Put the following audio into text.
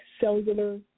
cellular